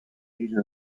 asian